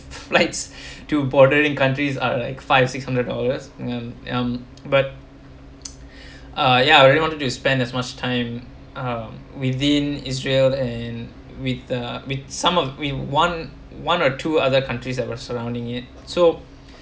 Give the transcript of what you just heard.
flights to bordering countries are like five six hundred dollars um um but uh ya really wanted to spend as much time um within israel and with a with some of with one one or two other countries that were surrounding it so